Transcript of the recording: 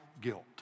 guilt